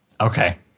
Okay